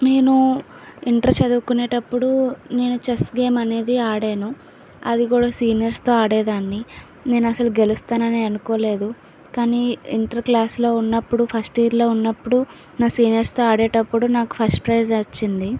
నేను ఇంటర్ చదువుకునేటప్పుడు నేను చెస్ గేమ్ అనేది ఆడాను అది కూడా సీనియర్స్తో ఆడేదాన్ని నేను అసలు గెలుస్తాను అని అనుకోలేదు కానీ ఇంటర్ క్లాస్లో ఉన్నప్పుడు ఫస్ట్ ఇయర్లో ఉన్నప్పుడు నా సీనియర్స్తో ఆడేటప్పుడు నాకు ఫస్ట్ ప్రైజ్ వచ్చింది